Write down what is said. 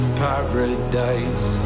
paradise